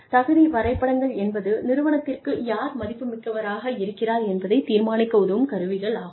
தகுதி வரைபடங்கள் என்பது நிறுவனத்திற்கு யார் மதிப்புமிக்கவராக இருக்கிறார் என்பதைத் தீர்மானிக்க உதவும் கருவிகள் ஆகும்